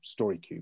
StoryCube